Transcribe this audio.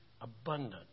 Abundant